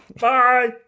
Bye